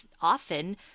often